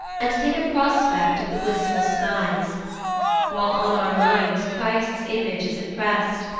and take a prospect of the blissful skies while on our minds christ's image is imprest,